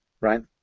right